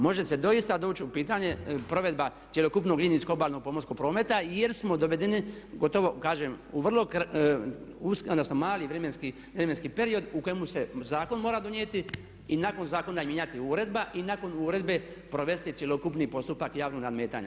Može se doista doći u pitanje provedba cjelokupnog linijskog obalnog pomorskog prometa jer smo dovedeni gotovo kažem u vrlo, usko, mali vremenski period u kojemu se zakon mora donijeti i nakon zakona mijenjati uredba i nakon uredbe provesti cjelokupni postupak javnog nadmetanja.